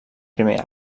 primer